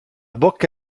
bocca